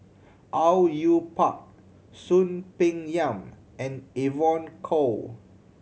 Au Yue Pak Soon Peng Yam and Evon Kow